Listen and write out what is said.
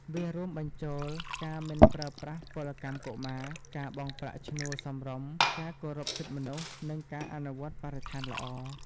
វារួមបញ្ចូលការមិនប្រើប្រាស់ពលកម្មកុមារ ការបង់ប្រាក់ឈ្នួលសមរម្យ ការគោរពសិទ្ធិមនុស្ស និងការអនុវត្តបរិស្ថានល្អ ។